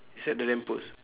beside the lamp post